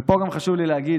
ופה גם חשוב לי להגיד,